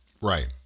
right